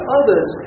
others